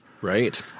Right